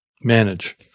manage